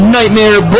Nightmare